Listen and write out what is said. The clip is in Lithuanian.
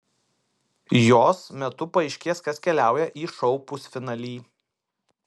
jos metu paaiškės kas keliauja į šou pusfinalį